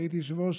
והייתי יושב-ראש